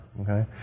okay